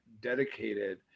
dedicated